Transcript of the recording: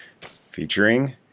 featuring